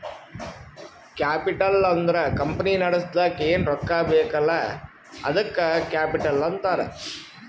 capital ಅಂದುರ್ company ನಡುಸ್ಲಕ್ ಏನ್ ರೊಕ್ಕಾ ಬೇಕಲ್ಲ ಅದ್ದುಕ ಕ್ಯಾಪಿಟಲ್ ಅಂತಾರ್